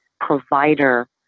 provider